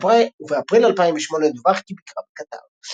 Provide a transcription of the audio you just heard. ובאפריל 2008 דווח כי ביקרה בקטר.